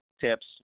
tips